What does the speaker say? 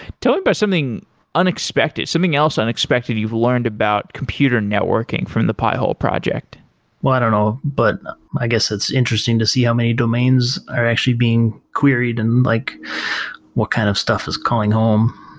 tell me about something unexpected, something else unexpected you've learned about computer networking from the pi-hole project well, i don't know, but i guess it's interesting to see how many domains are actually being queried and like what kind of stuff is calling home.